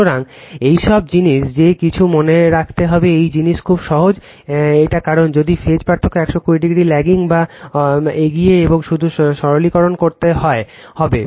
সুতরাং এই সব জিনিস যে কিছু মনে রাখতে হবে এই জিনিস খুব সহজ এটা কারণ যদি ফেজ পার্থক্য 120o ল্যাগিং বা অগ্রণী এবং শুধু সরলীকরণ করতে হবে